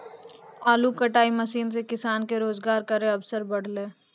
आलू कटाई मसीन सें किसान के रोजगार केरो अवसर बढ़लै